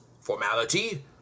formality